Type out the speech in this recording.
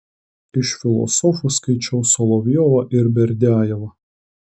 iš filosofų skaičiau solovjovą ir berdiajevą